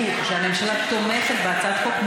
שהממשלה תומכת בהצעת החוק,